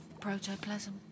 protoplasm